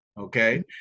Okay